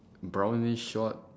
brownish short